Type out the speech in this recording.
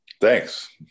Thanks